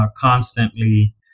constantly